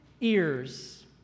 ears